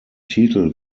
titel